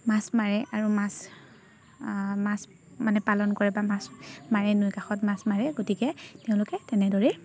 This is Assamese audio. মাছ মাৰে আৰু মাছ মাছ মানে পালন কৰে বা মাছ মাৰে নৈৰ কাষত মাছ মাৰে গতিকে তেওঁলোকে তেনেদৰেই